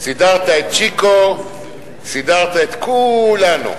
סידרת את צ'יקו, סידרת את כולנו.